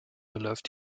verläuft